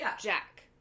Jack